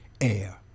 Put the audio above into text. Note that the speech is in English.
Air